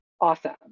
awesome